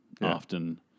often